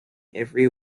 every